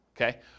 okay